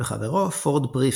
וחברו פורד פרפקט,